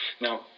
Now